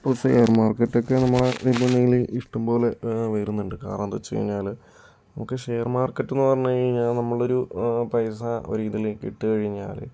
ഇപ്പോൾ ഷെയർ മാർക്കറ്റൊക്കെ വിപണിയിൽ ഇഷ്ടം പോലെ വരുന്നുണ്ട് കാരണമെന്തെന്ന് വച്ചു കഴിഞ്ഞാൽ നമുക്ക് ഷെയർ മാർക്കറ്റ് എന്ന് പറഞ്ഞ് കഴിഞ്ഞാൽ നമ്മളൊരു ഒരു പൈസ ഒരു ഇതിലേക്ക് ഇട്ടുകഴിഞ്ഞാൽ